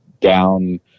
down